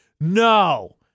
No